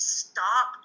stop